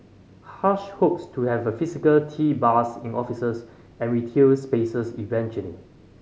hush hopes to have a physical tea bars in offices and retail spaces eventually